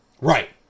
right